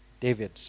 David